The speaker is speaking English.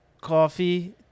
coffee